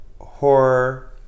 horror